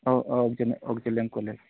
अ अ अक्जिलेन कलेज